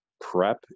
Prep